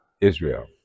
Israel